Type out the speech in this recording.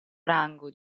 rango